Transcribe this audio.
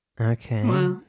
Okay